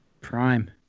prime